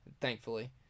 thankfully